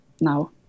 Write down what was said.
now